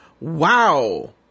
Wow